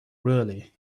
really